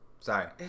Sorry